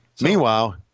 meanwhile